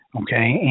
Okay